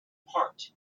part